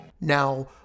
Now